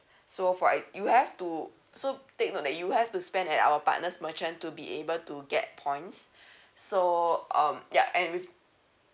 so for e~ you have to so take note that you have to spend at our partners merchant to be able to get points so um ya and with